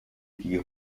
die